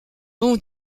bon